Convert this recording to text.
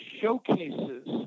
showcases